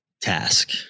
task